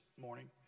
morning